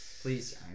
Please